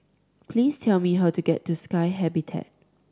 please tell me how to get to Sky Habitat